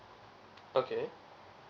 okay